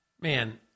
man